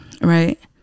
Right